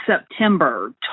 September